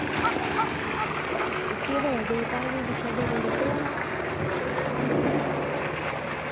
केह् पता जिसलै घर जाइयै दिक्खेआ बटन त्रुट्टे दा हा